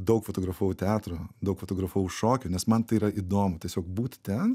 daug fotografavau teatro daug fotografavau šokių nes man tai yra įdomu tiesiog būti ten